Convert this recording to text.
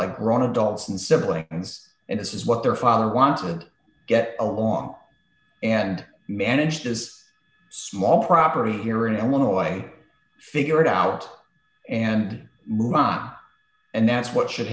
by grown adults and siblings and this is what their father wanted get along and managed as small property here in illinois figured out and move on and that's what should